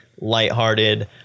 lighthearted